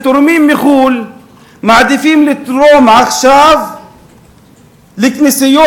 שתורמים מחו"ל מעדיפים לתרום עכשיו לכנסיות